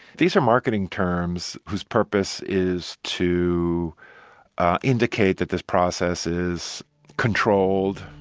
these are marketing terms whose purpose is to indicate that this process is controlled,